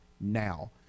now